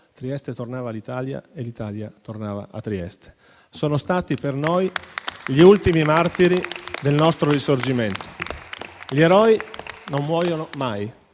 Trieste tornava all'Italia e l'Italia tornava a Trieste. Sono stati per noi gli ultimi martiri del nostro Risorgimento. Gli eroi non muoiono mai.